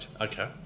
Okay